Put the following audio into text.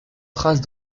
traces